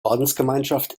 ordensgemeinschaft